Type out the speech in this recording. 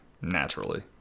naturally